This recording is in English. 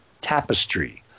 tapestry